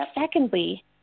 Secondly